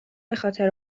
بخاطر